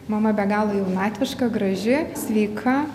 mama be galo jaunatviška graži sveika